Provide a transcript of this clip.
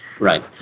Right